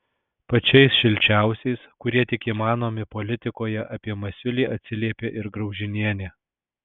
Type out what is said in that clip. pačiais šilčiausiais kurie tik įmanomi politikoje apie masiulį atsiliepė ir graužinienė